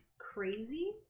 Crazy